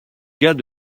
gars